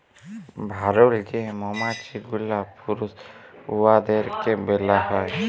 ভুরুল যে মমাছি গুলা পুরুষ উয়াদেরকে ব্যলা হ্যয়